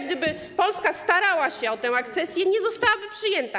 Gdyby Polska dzisiaj starała się o tę akcesję, nie zostałaby przyjęta.